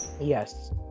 Yes